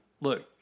look